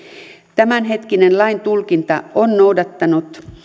tämänhetkinen laintulkinta on noudattanut